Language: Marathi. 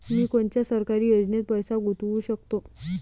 मी कोनच्या सरकारी योजनेत पैसा गुतवू शकतो?